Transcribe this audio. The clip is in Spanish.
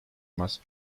más